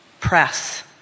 press